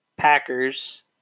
Packers